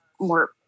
more